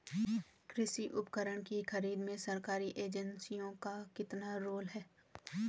कृषि उपकरण की खरीद में सरकारी एजेंसियों का कितना रोल है?